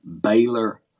Baylor